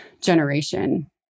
generation